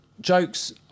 jokes